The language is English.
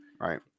Right